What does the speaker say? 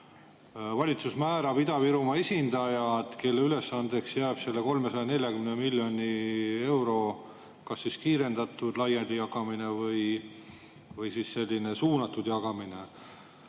Valitsus määrab Ida‑Virumaa esindajad, kelle ülesandeks jääb selle 340 miljoni euro kas kiirendatud laialijagamine või suunatud jagamine.